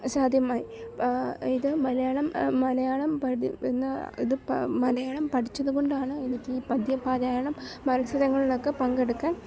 സാധ്യമായി ഇത് മലയാളം മലയാളം ഇന്ന് ഇത് മലയാളം പഠിച്ചത് കൊണ്ടാണ് എനിക്ക് ഈ പദ്യപാരായണം മത്സരങ്ങളിലൊക്കെ പങ്കെടുക്കാൻ